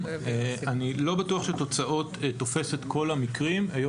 אני לא בטוח שתוצאות תופס את כל המקרים היות